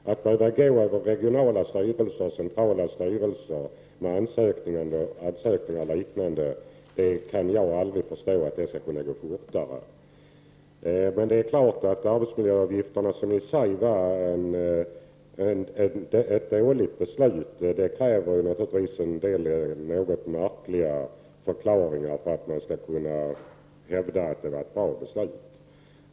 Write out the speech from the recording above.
Att behöva gå över regionala eller centrala styrelser med ansökningar och liknande kan enligt vad jag kan förstå aldrig gå fortare. Men det är klart att det krävs en del märkliga förklaringar för att man skall kunna hävda att beslutet om arbetsmiljöavgifterna var bra.